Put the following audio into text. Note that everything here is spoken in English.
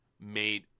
made